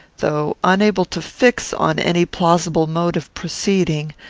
though unable to fix on any plausible mode of proceeding,